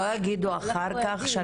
זה התחיל ב-2013,